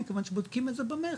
מכיוון שבודקים את זה במכס,